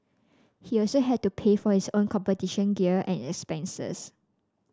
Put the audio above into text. he also had to pay for his own competition gear and expenses